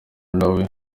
nawe